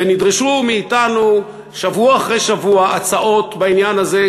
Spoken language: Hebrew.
ונדרשו מאתנו שבוע אחרי שבוע הצעות בעניין הזה,